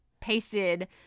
pasted